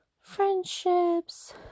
friendships